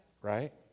right